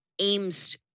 aims